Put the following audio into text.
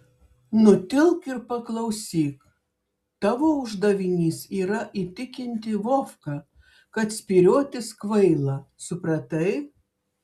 nutilk ir paklausyk tavo uždavinys yra įtikinti vovką kad spyriotis kvaila supratai